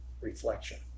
reflection